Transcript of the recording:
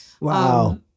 Wow